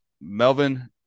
Melvin